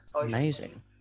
amazing